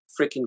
freaking